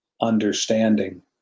understanding